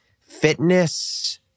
fitness